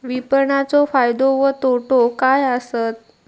विपणाचो फायदो व तोटो काय आसत?